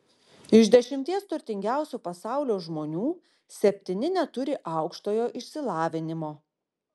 iš dešimties turtingiausių pasaulio žmonių septyni neturi aukštojo išsilavinimo